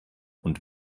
und